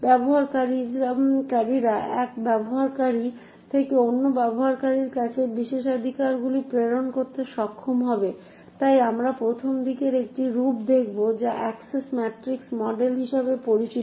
ব্যবহারকারীরা এক ব্যবহারকারী থেকে অন্য ব্যবহারকারীর কাছে বিশেষাধিকারগুলি প্রেরণ করতে সক্ষম হবে তাই আমরা প্রথম দিকের একটি রূপ দেখব যা অ্যাক্সেস ম্যাট্রিক্স মডেল হিসাবে পরিচিত